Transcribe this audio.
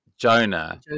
Jonah